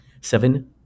Seven